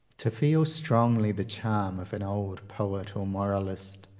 to feel strongly the charm of an old poet or moralist,